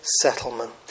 settlement